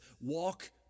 Walk